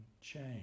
change